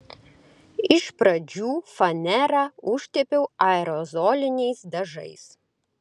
iš pradžių fanerą užtepiau aerozoliniais dažais